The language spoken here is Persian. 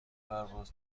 پرواز